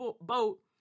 boat